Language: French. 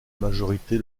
majorité